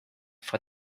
for